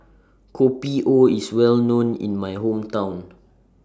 Kopi O IS Well known in My Hometown